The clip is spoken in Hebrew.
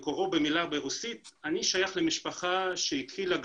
מקורו במילה ברוסית אני שייך למשפחה שהתחילה את